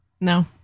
No